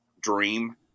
dream